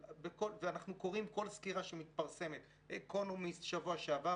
ואנחנו קוראים כל סקירה שמתפרסמת האקונומיסט בשבוע שעבר